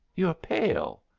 you are pale.